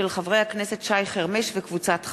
מאת חברי הכנסת שי חרמש, ציון פיניאן, יצחק וקנין,